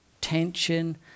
tension